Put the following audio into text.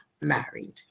married